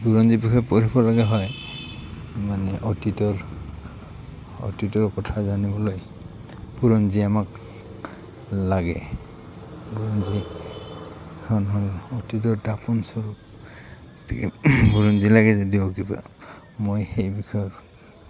বুৰঞ্জীৰ বিষয়ে পঢ়িব লগা হয় মানে অতীতৰ অতীতৰ কথা জানিবলৈ বুৰঞ্জী আমাক লাগে বুৰঞ্জীখন হ'ল অতীতৰ দাপোনস্বৰূপ গতিকে বুৰঞ্জী লাগে যদিও কিবা মই সেই বিষয়ে